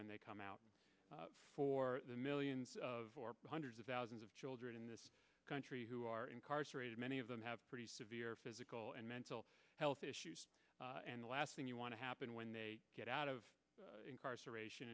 when they come out for the millions of the hundreds of thousands of children in this country who are incarcerated many of them have pretty severe physical and mental health issues and the last thing you want to happen when they get out of incarceration